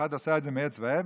אחד עשה את זה מעץ ואבן,